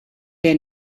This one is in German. der